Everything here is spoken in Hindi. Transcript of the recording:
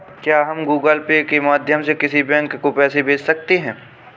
क्या हम गूगल पे के माध्यम से किसी बैंक को पैसे भेज सकते हैं?